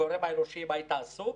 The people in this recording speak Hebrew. הגורם האנושי, אם היית עסוק,